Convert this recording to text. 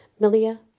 Milia